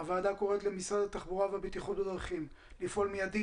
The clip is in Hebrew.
הוועדה קוראת למשרד התחבורה והבטיחות בדרכים לפעול מיידית